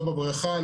לא בבריכה,